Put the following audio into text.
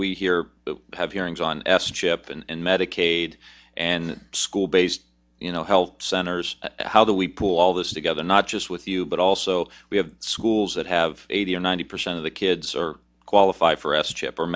we here have hearings on s chip and medicaid and school based you know health centers how do we pool all this together not just with you but also we have schools that have eighty or ninety percent of the kids are qualified for s chip